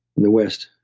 in the west,